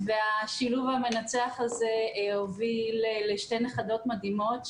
והשילוב המנצח הזה הוביל לשתי נכדות מדהימות,